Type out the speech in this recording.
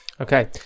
okay